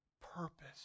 purpose